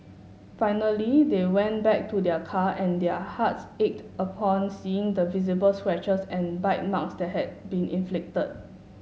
finally they went back to their car and their hearts ached upon seeing the visible scratches and bite marks that had been inflicted